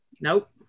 nope